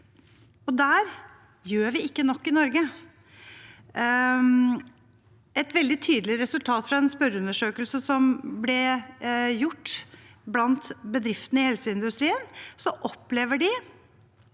Der gjør vi ikke nok i Norge. Et veldig tydelig resultat fra en spørreundersøkelse som ble gjort blant bedriftene i helseindustrien, er at de